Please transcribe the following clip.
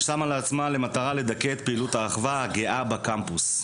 ששמה לעצמה למטרה לדכא את פעילות האחווה הגאה בקמפוס.